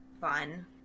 Fun